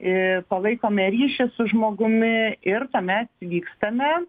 ir palaikome ryšį su žmogumi ir tuomet vykstame